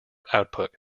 output